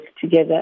together